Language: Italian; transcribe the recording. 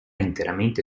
interamente